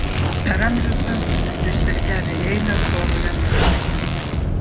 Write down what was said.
per amžius amen visi išsirikiavę į eilę choru jam atsakė